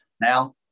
Now